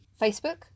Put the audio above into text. Facebook